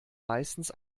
meistens